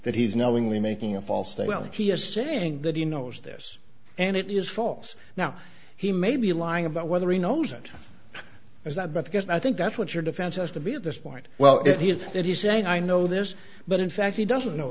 that he's knowingly making a false statement he is saying that he knows this and it is false now he may be lying about whether he knows it is that because i think that's what your defense has to be at this point well if he is if you say i know this but in fact he doesn't know